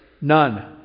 None